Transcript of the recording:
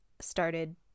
started